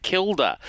Kilda